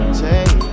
take